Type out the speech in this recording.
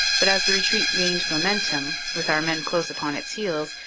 but as the retreat gained momentum, with our men close upon its heels,